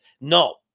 No